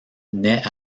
naît